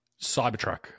Cybertruck